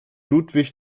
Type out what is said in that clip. ludwig